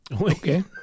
okay